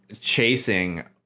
chasing